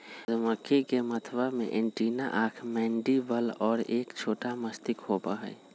मधुमक्खी के मथवा में एंटीना आंख मैंडीबल और एक छोटा मस्तिष्क होबा हई